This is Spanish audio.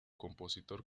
compositor